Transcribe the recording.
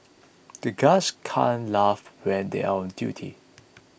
the guards can't laugh when they are on duty